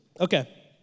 Okay